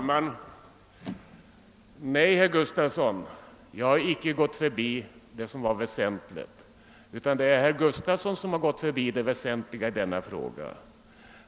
Herr talman! Nej, herr Gustavsson i Alvesta, jag har icke gått förbi det som är väsentligt, utan det är herr Gustavsson som har gått förbi det väsentliga i denna fråga.